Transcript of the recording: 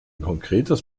konkretes